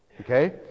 Okay